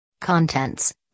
Contents